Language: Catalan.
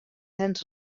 ens